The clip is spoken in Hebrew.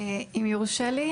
משרד הרווחה, השחקן המרכזי,